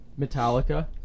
Metallica